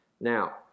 Now